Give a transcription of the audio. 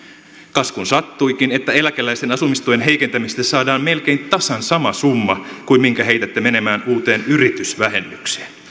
kas kun sattuikin että eläkeläisten asumistuen heikentämisestä saadaan melkein tasan sama summa kuin minkä heitätte menemään uuteen yrittäjävähennykseen